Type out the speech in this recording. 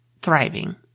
thriving